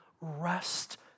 Rest